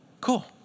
Cool